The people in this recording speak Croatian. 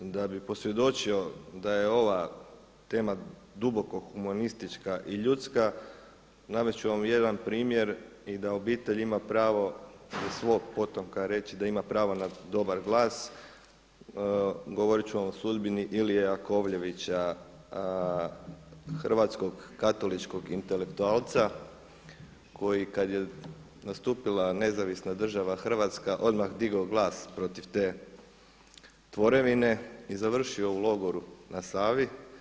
Da bi posvjedočio da je ova tema duboko humanistička i ljudska, navest ću vam jedan primjer i da obitelj ima pravo iza svog potomka reći da ima pravo na dobar glas, govorit ću vam o sudbini Ilije Jakovljevića hrvatskog katoličkog intelektualca koji kada je nastupila NDH odmah digao glas protiv te tvorevine i završio u logoru na Savi.